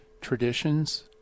traditions